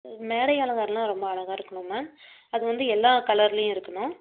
மேடை அலங்காரம்லாம் ரொம்ப அழகாக இருக்கணும் மேம் அது வந்து எல்லா கலர்லேயும் இருக்கணும்